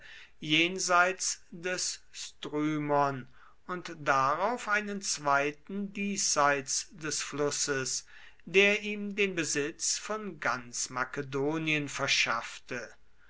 jenseits des strymon und darauf einen zweiten diesseits des flusses der ihm den besitz von ganz makedonien verschaffte